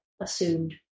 assumed